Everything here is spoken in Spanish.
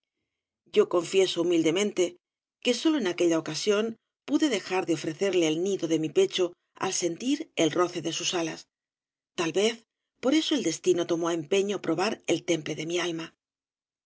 yo confieso humildemente que sólo en aquei obras de valle inclan lia ocasión pude dejar de ofrecerle el nido de mi pecho al sentir el roce de sus alas tal vez por eso el destino tomó á empeño probar el temple de mi alma